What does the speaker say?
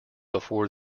before